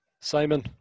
Simon